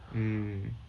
mm